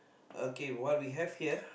okay what we have here